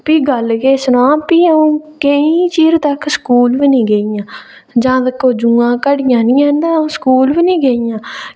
फ्ही गल्ल केह् सनांऽ फ्ही अ'ऊं केईं चिर तक स्कूल बी नेईं गेई आं जां तक ओह् जुआं घटियां निं हैन तां अ'ऊं स्कूल बी नेईं गेई आं